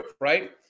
right